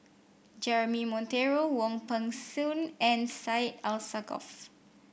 Jeremy Monteiro Wong Peng Soon and Syed Alsagoff